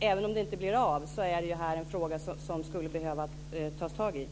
Även om det inte blir av är det här en fråga som det skulle behövas ta itu med.